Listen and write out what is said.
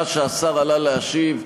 משעה שהשר עלה להשיב,